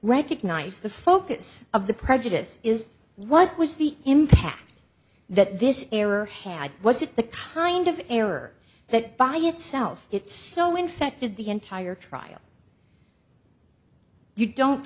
recognize the focus of the prejudice is what was the impact that this error had was it the kind of error that by itself it's so infected the entire trial you don't